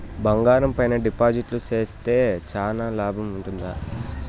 బంగారం పైన డిపాజిట్లు సేస్తే చానా లాభం ఉంటుందా?